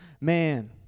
man